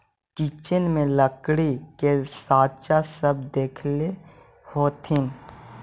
kitchen में लकड़ी के साँचा सब देखले होथिन